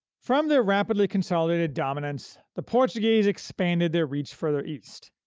from their rapidly-consolidated dominance, the portuguese expanded their reach further east.